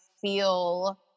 feel